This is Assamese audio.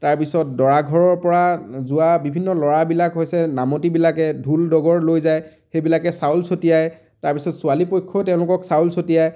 তাৰ পিছত দৰাঘৰৰ পৰা যোৱা বিভিন্ন ল'ৰাবিলাক হৈছে নামতিবিলাকে ঢোল দগৰ লৈ যায় সেইবিলাকে চাউল ছটিয়াই তাৰ পিছত ছোৱালী পক্ষই তেওঁলোকক চাউল ছটিয়াই